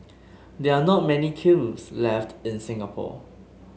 there are not many kilns left in Singapore